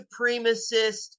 supremacist